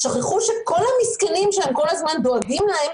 שכחו שכל המסכנים שהם כל הזמן הם דואגים להם,